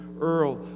Earl